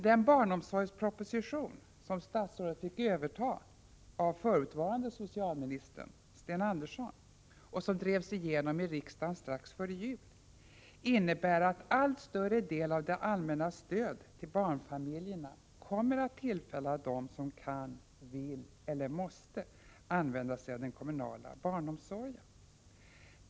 Den barnomsorgsproposition som statsrådet fick överta av förutvarande socialministern Sten Andersson och som drevs igenom i riksdagen strax före jul innebär att allt större del av det allmännas stöd till barnfamiljerna kommer att tillfalla dem som kan, vill eller måste använda sig av den kommunala barnomsorgen.